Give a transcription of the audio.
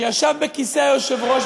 שישב בכיסא היושב-ראש,